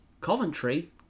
Coventry